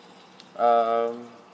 um